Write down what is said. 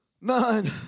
none